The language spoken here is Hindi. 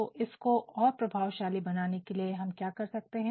तो इसको और प्रभावशाली बनाने के लिए हम क्या कर सकते हैं